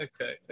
okay